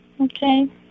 Okay